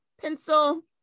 pencil